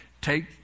take